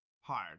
hard